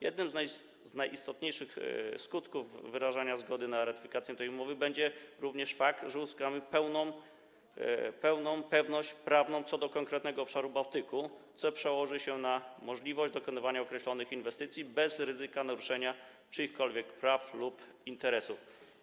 Jednym z najistotniejszych skutków wyrażania zgody na ratyfikację tej umowy będzie również fakt, że uzyskamy pełną pewność prawną co do konkretnego obszaru Bałtyku, co przełoży się na możliwość dokonywania określonych inwestycji bez ryzyka naruszenia czyichkolwiek praw czy interesów.